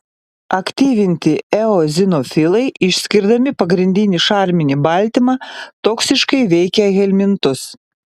aktyvinti eozinofilai išskirdami pagrindinį šarminį baltymą toksiškai veikia helmintus